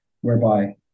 whereby